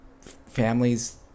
families